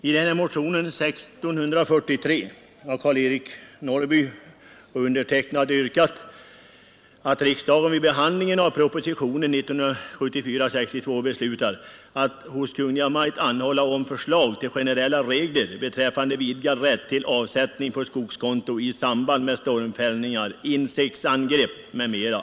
I motionen 1643 har herr Norrby och jag yrkat att riksdagen vid behandlingen av propositionen 62 hos Kungl. Maj:t anhåller om förslag till generella regler beträffande vidgad rätt till avsättning på skogskonto i samband med stormfällningar, insektsangrepp m.m.